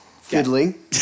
fiddling